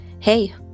Hey